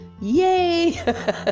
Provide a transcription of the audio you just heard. yay